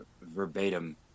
verbatim